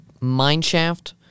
mineshaft